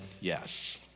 yes